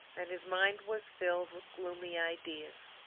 and his mind was filled with gloomy ideas.